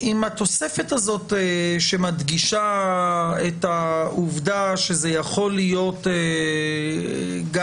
אם התוספת הזאת שמדגישה את העובדה שזה יכול להיות גם